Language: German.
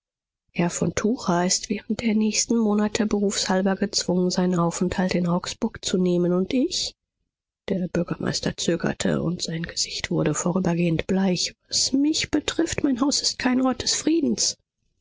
herr von tucher ist während der nächsten monate berufshalber gezwungen seinen aufenthalt in augsburg zu nehmen und ich der bürgermeister zögerte und sein gesicht wurde vorübergehend bleich was mich betrifft mein haus ist kein ort des friedens